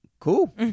cool